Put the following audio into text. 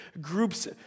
groups